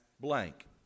blank